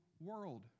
world